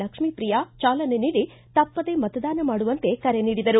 ಲಕ್ಷಿ ಪ್ರಿಯಾ ಚಾಲನೆ ನೀಡಿ ತಪ್ಪದೇ ಮತದಾನ ಮಾಡುವಂತೆ ಕರೆ ನೀಡಿದರು